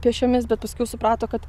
pėsčiomis bet paskiau suprato kad